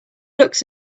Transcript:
looks